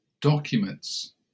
documents